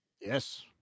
Yes